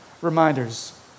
reminders